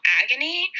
agony